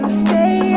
stay